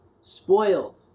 Spoiled